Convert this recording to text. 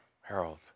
Harold